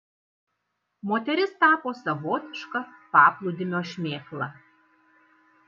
moteris tapo savotiška paplūdimio šmėkla